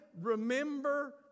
remember